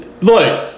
look